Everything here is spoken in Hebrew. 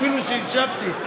אפילו שהקשבתי.